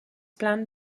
plant